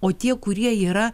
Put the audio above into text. o tie kurie yra